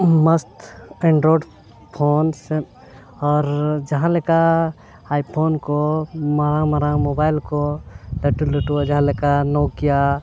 ᱢᱟᱥ Android phone ᱥᱮ ᱟᱨ ᱡᱟᱦᱟᱸ ᱞᱮᱠᱟ ᱟᱭᱯᱷᱳᱱ ᱠᱚ ᱢᱟᱨᱟᱝ ᱢᱟᱨᱟᱝ ᱢᱳᱵᱟᱭᱤᱞ ᱠᱚ ᱞᱟᱹᱴᱩ ᱞᱟᱹᱴᱩ ᱡᱟᱦᱟᱸ ᱞᱮᱠᱟ ᱱᱳᱠᱤᱭᱟ